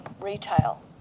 retail